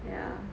ah